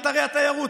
אתרי התיירות,